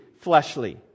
fleshly